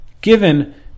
given